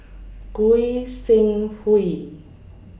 Goi Seng Hui